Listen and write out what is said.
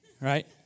right